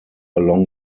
along